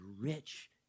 rich